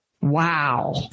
Wow